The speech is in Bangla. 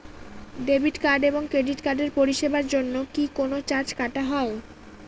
ডেবিট কার্ড এবং ক্রেডিট কার্ডের পরিষেবার জন্য কি কোন চার্জ কাটা হয়?